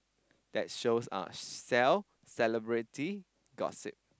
that shows a cell celebrity gossip